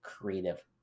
creative